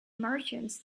martians